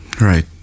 Right